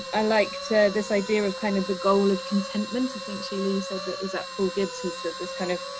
i liked this idea of kind of the goal of contentment. i think she really said that was apple. gibbs had said this kind of,